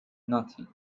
nothing